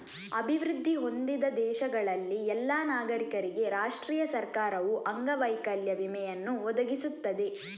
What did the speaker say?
ಅಭಿವೃದ್ಧಿ ಹೊಂದಿದ ದೇಶಗಳಲ್ಲಿ ಎಲ್ಲಾ ನಾಗರಿಕರಿಗೆ ರಾಷ್ಟ್ರೀಯ ಸರ್ಕಾರವು ಅಂಗವೈಕಲ್ಯ ವಿಮೆಯನ್ನು ಒದಗಿಸುತ್ತದೆ